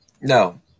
No